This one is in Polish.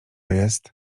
jest